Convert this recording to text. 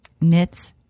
knits